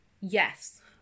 yes